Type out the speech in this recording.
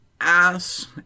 ass